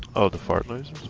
all the partners